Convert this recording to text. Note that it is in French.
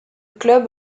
club